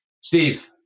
Steve